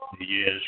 Yes